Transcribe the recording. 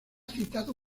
citado